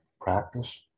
practice